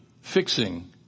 fixing